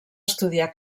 estudiar